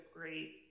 great